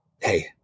hey